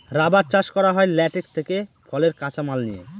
rubber চাষ করা হয় ল্যাটেক্স থেকে ফলের কাঁচা মাল নিয়ে